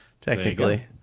technically